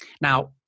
Now